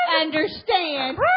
understand